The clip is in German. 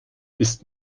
ist